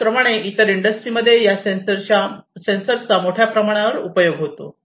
त्याचप्रमाणे इतर इंडस्ट्रीमध्ये या सेन्सरचा मोठ्या प्रमाणावर उपयोग होतो